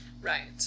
Right